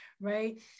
right